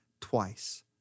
twice